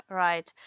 right